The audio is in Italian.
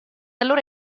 allora